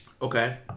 Okay